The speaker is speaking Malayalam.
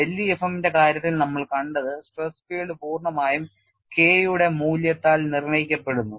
LEFM ന്റെ കാര്യത്തിൽ നമ്മൾ കണ്ടത് സ്ട്രെസ് ഫീൽഡ് പൂർണ്ണമായും K യുടെ മൂല്യത്താൽ നിർണ്ണയിക്കപ്പെടുന്നു